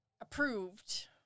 approved